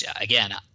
again